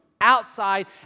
outside